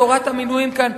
תורת המינויים כאן,